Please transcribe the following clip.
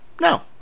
No